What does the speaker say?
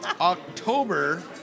October